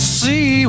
see